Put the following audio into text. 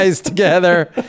together